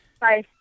bye